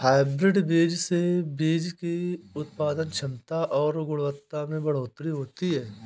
hybrid बीज से बीज की उत्पादन क्षमता और गुणवत्ता में बढ़ोतरी होती है